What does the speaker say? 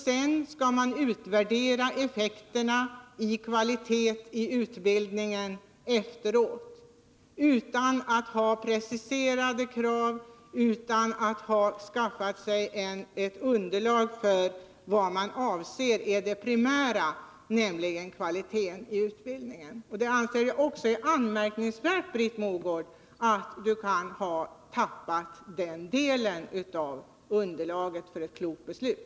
Sedan skall effekterna på kvaliteten i utbildningen utvärderas efteråt — utan preciserade krav och utan att man skaffat sig ett underlag för vad man anser som det primära, nämligen kvaliteten i utbildningen. Det är, anser jag, anmärkningsvärt att Britt Mogård kan ha tappat den delen av underlaget för ett klokt beslut.